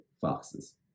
foxes